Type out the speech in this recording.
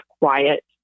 quiet